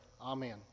Amen